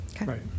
right